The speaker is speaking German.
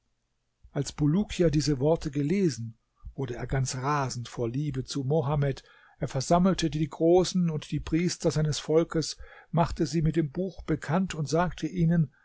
als bulukia diese worte gelesen wurde er ganz rasend vor liebe zu mohammed er versammelte die großen und die priester seines volkes machte sie mit dem buch bekannt und sagte ihnen